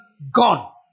gone